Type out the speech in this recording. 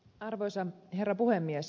arvoisa herra puhemies